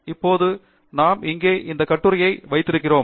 இப்போது நாம் இங்கே இந்த கட்டுரையை வைத்திருக்கிறோம்